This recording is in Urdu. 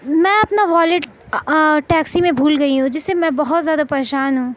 میں اپنا والٹ ٹیکسی میں بھول گئی ہوں جس سے میں بہت زیادہ پریشان ہوں